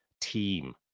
team